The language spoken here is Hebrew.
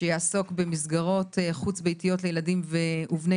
שיעסוק במסגרות חוץ ביתיות לילדים ובני